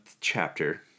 chapter